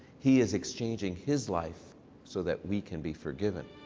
he is exchanging his life so that we can be forgiven.